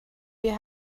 wir